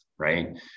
Right